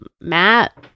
Matt